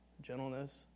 gentleness